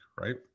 right